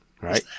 right